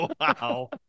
Wow